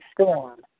storm